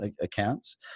accounts